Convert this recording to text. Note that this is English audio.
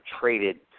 traded